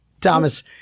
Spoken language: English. Thomas